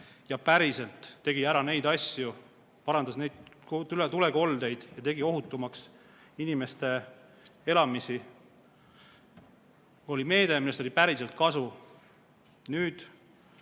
ja päriselt tegi ära neid asju: parandas tulekoldeid ja tegi ohutumaks inimeste elamisi. Oli meede, millest oli päriselt kasu. Nüüd